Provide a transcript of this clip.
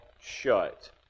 shut